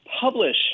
publish